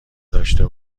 داشته